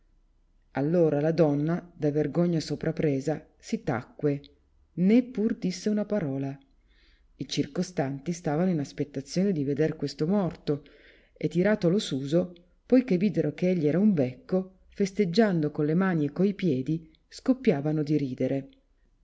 all'ora la donna da vergogna soprapresa si tacque né pur disse una parola i circonstanti stavano in aspettazione di veder questo morto e tiratolo suso poi che videro che egli era un becco festeggiando con le mani e coi piedi scoppiavano di ridere